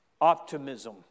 optimism